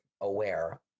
aware